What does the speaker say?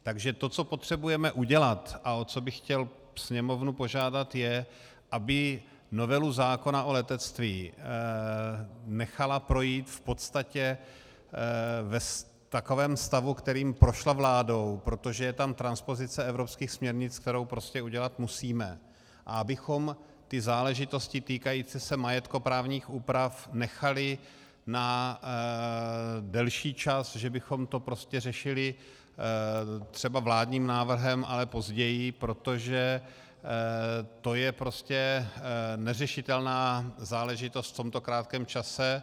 Takže to, co potřebujeme udělat a o co bych chtěl Sněmovnu požádat, je, aby novelu zákona o letectví nechala projít v podstatě v takovém stavu, kterým prošla vládou, protože je tam transpozice evropských směrnic, kterou prostě udělat musíme, a abychom záležitosti týkající se majetkoprávních úprav nechali na delší čas, že bychom to řešili třeba vládním návrhem, ale později, protože to je prostě neřešitelná záležitost v tomto krátkém čase.